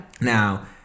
Now